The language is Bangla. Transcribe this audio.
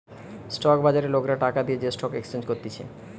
স্টক বাজারে লোকরা টাকা দিয়ে যে স্টক এক্সচেঞ্জ করতিছে